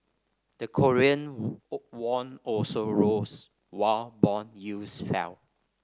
the Korean won also rose while bond yields fell